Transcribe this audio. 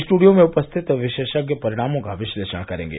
studio में उपस्थित विशेषज्ञ परिणामों का विश्लेषण करेंगे